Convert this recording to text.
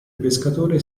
pescatore